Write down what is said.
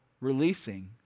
releasing